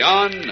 on